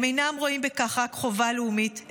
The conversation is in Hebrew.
הם אינם רואים בכך רק חובה לאומית,